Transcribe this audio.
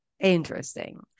interesting